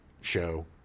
show